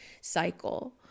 cycle